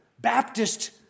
Baptist